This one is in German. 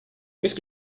ich